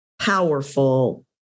powerful